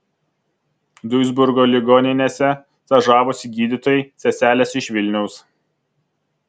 duisburgo ligoninėse stažavosi gydytojai seselės iš vilniaus